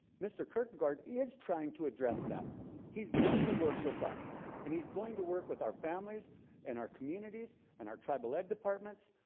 mr. kirkegaard is trying to address that he's going to work with us and he's going to work with our families and our communities and our tribal ed departments